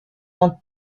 dans